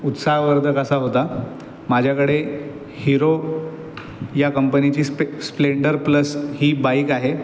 उत्साहवर्धक असा होता माझ्याकडे हीरो या कंपनीची स्प्ले स्प्लेन्डर प्लस ही बाईक आहे